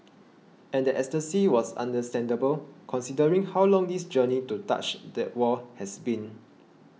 and that ecstasy was understandable considering how long this journey to touch that wall has been